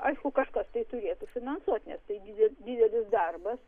aišku kažkas tai turėtų finansuot nes tai didelis darbas